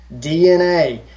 DNA